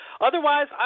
otherwise